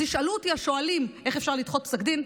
אז ישאלו אותי השואלים: איך אפשר לדחות פסק דין?